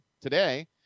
today